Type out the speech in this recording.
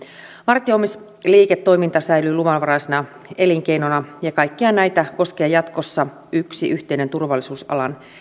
vartioimisliiketoiminta säilyy luvanvaraisena elinkeinona ja kaikkia näitä koskee jatkossa yksi yhteinen turvallisuusalan